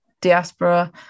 diaspora